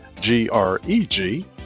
G-R-E-G